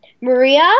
Maria